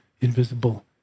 invisible